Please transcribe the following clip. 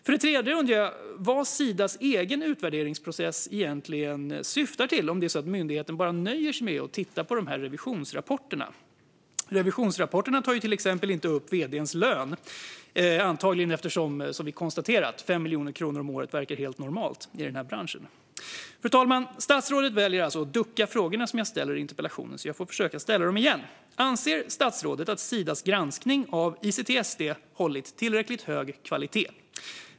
För det tredje undrar jag vad Sidas egen utvärderingsprocess egentligen syftar till, om det är så att myndigheten bara nöjer sig med att titta på de här revisionsrapporterna. Revisionsrapporterna tar till exempel inte upp vd:ns lön, antagligen eftersom 5 miljoner kronor om året verkar helt normalt i den här branschen, som vi konstaterat. Fru talman! Statsrådet väljer att ducka för frågorna jag ställer i interpellationen, så jag får försöka ställa dem igen. Anser statsrådet att Sidas granskning av ICTSD hållit tillräckligt hög kvalitet?